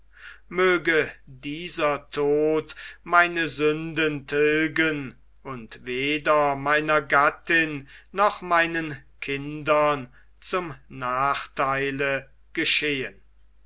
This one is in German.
möge dieser tod meine sünden tilgen und weder meiner gattin noch meinen kindern zum nachtheile